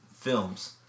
films